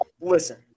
listen